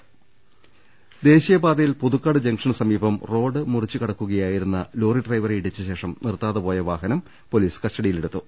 രദ്ദേഷ്ടങ ദേശീയപാതയിൽ പുതുക്കാട് ജംഗ്ഷന് സമീപ്ം റോഡ് മുറിച്ചുകടക്കു കയായിരുന്ന ലോറി ഡ്രൈവറെ ഇടിച്ചശേഷം നിർത്താതെപോയ വാഹനം പൊലീസ് കസ്റ്റഡിയിലെടുത്തു